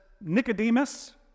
Nicodemus